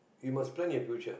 you must plan your future